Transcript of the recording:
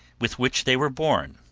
with which they were born,